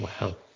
Wow